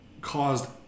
caused